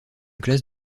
classe